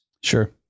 Sure